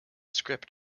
script